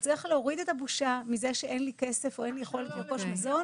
וצריך להוריד את הבושה מזה שאין לי כסף או אין לי יכולת לרכוש מזון,